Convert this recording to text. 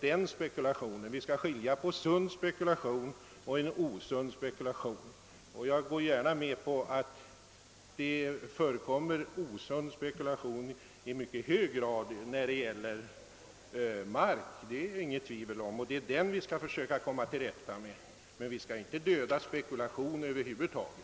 Vi skall skilja på sund och osund spekulation. Jag går gärna med på att det förekommer osund spekulation i mycket hög grad i fråga om mark, och det är den vi skall söka komma till rätta med, men vi skall inte döda spekulation över huvud taget.